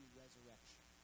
resurrection